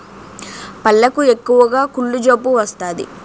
పళ్లకు ఎక్కువగా కుళ్ళు జబ్బు వస్తాది